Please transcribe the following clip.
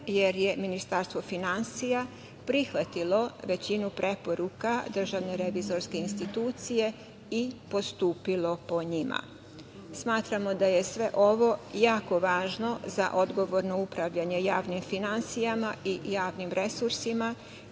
jer je Ministarstvo finansija prihvatilo većinu preporuka DRI i postupilo po njima. Smatramo da je sve ovo jako važno za odgovorno upravljanje javnim finansijama i javnim resursima